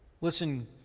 listen